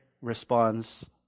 responds